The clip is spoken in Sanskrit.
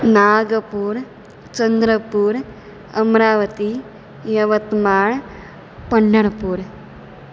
नागपूर् चन्द्रपूर् अपरावती यवत्मार् पण्डर्पूर्